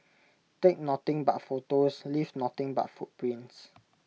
take nothing but photos leave nothing but footprints